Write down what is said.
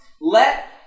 Let